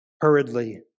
hurriedly